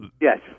Yes